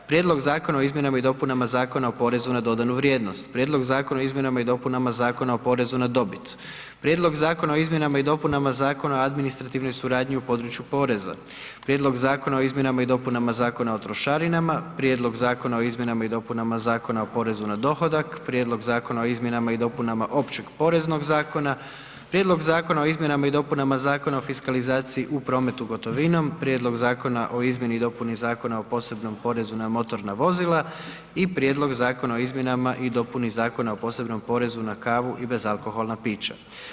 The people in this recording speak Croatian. Prijedlog Zakona o izmjenama i dopunama Zakona o poreznu na dodanu vrijednost, Prijedlog Zakona o izmjenama i dopunama Zakona o porezu na dobit, Prijedlog Zakona o izmjenama i dopunama Zakona o administrativnoj suradnji u području poreza, Prijedlog Zakona o izmjenama i dopunama Zakona o trošarinama, Prijedlog Zakona o izmjenama i dopunama Zakona o porezu na dohodak, Prijedlog Zakona o izmjenama i dopunama Zakona o Općeg poreznog zakona, Prijedlog Zakona o izmjenama i dopunama Zakona o fiskalizaciji u prometu gotovinom, Prijedlog Zakona o izmjeni i dopuni Zakona o posebnom porezu na motorna vozila i Prijedlog Zakona o izmjenama i dopuni Zakona o posebnom porezu na kavu i bezalkoholna pića.